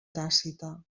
tàcita